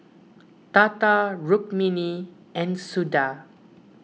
Tata Rukmini and Suda